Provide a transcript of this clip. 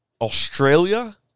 Australia